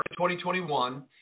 2021